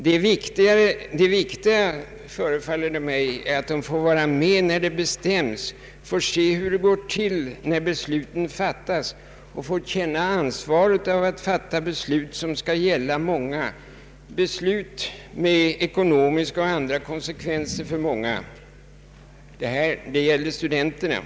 Det väsentliga, förefaller det mig, är att de får vara med när någonting bestäms, får se hur det går till när besluten fattas och får känna ansvaret av att fatta beslut som skall gälla många. Det kan vara beslut med ekonomiska och andra konsekvenser. Detta gällde alltså studenterna.